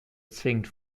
zwingend